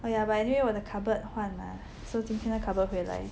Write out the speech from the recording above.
哎呀 but anyway 我的 cupboard 换嘛 so 今天那个 cupboard 会来